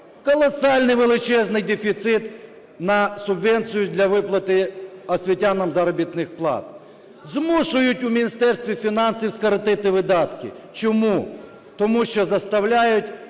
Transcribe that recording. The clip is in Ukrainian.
колосальний величезний дефіцит на субвенцію для виплати освітянам заробітних плат. Змушують у Міністерстві фінансів скоротити видатки. Чому? Тому що заставляють